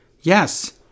Yes